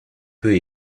peu